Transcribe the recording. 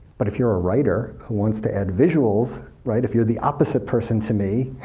but if you're a writer who wants to add visuals, right? if you're the opposite person to me,